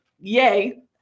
Yay